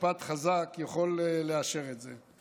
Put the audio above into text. רק בית משפט חזק יכול לאשר את זה.